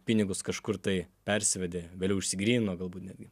pinigus kažkur tai persivedė vėliau išsigrynino galbūt netgi